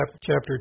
chapter